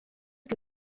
que